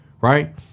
right